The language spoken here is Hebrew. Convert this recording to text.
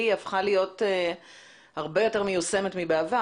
הפכה להיות הרבה יותר מיושמת מאשר בעבר.